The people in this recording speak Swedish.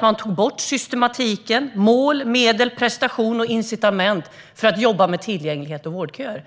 Man tog bort systematiken - mål, medel, prestation och incitament för att jobba med tillgänglighet och vårdköer.